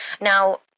Now